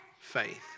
faith